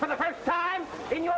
for the first time in you